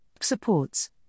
Supports –